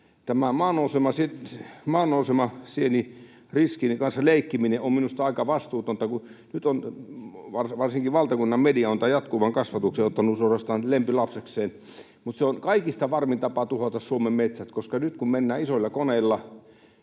Tämän maannousemasieniriskin kanssa leikkiminen on minusta aika vastuutonta, kun nyt varsinkin valtakunnan media on tämän jatkuvan kasvatuksen ottanut suorastaan lempilapsekseen, mutta se on kaikista varmin tapa tuhota Suomen metsät, koska nyt, kun mennään isoilla koneilla